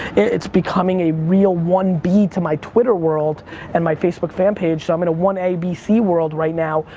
it's becoming a real one b to my twitter world and my facebook fan page, so i'm in a one abc world right now,